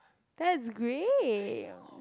that's great